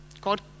God